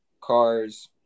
cars